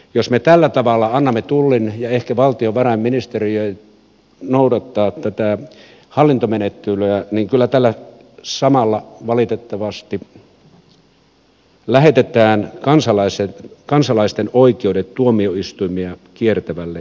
jos me tällä tavalla annamme tullin ja ehkä valtiovarainministeriön noudattaa tätä hallintomenettelyä niin kyllä tällä samalla valitettavasti lähetetään kansalaisten oikeudet tuomioistuimia kiertävälle radalle